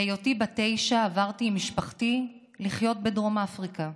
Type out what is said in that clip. בהיותי בת תשע עברתי עם משפחתי לחיות בדרום אפריקה.